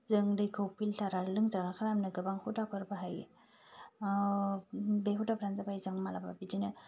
जों दैखौ फिल्टार आरो लोंजाग्रा खालामनो गोबां हुदाफोर बाहायो बे हुदाफ्रानो जाबाय जों माब्लाबा बिदिनो